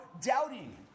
doubting